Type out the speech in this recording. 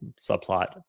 subplot